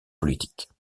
politiques